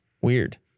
weird